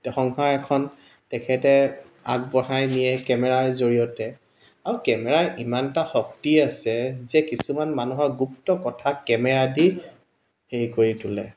তেওঁ সংসাৰ এখন তেখেতে আগবঢ়াই নিয়ে কেমেৰাৰ জৰিয়তে আৰু কেমেৰাৰ ইমানটা শক্তি আছে যে কিছুমান মানুহৰ গুপ্ত কথা কেমেৰাদি হেৰি কৰি তোলে